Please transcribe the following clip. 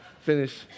finish